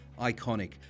iconic